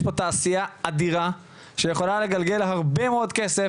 פה תעשייה אדירה שיכולה לגלגל הרבה מאוד כסף",